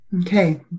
Okay